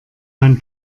man